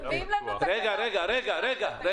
אני